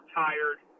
tired